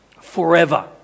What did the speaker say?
forever